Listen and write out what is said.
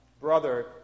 brother